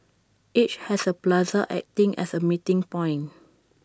each has A plaza acting as A meeting point